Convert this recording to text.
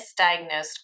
misdiagnosed